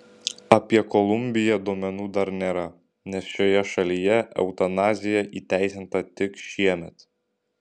apie kolumbiją duomenų dar nėra nes šioje šalyje eutanazija įteisinta tik šiemet